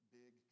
big